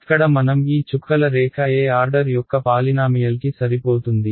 ఇక్కడ మనం ఈ చుక్కల రేఖ ఏ ఆర్డర్ యొక్క పాలినామియల్కి సరిపోతుంది